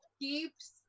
keeps